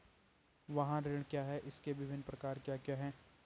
वाहन ऋण क्या है इसके विभिन्न प्रकार क्या क्या हैं?